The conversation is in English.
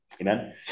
Amen